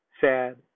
sad